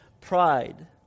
pride